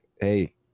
hey